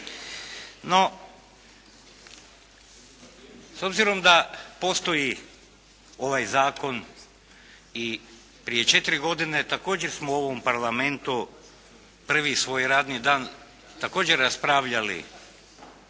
No, s obzirom da postoji ovaj zakon i prije četiri godine također smo u ovom Parlamentu prvi svoj radni dan, također raspravljali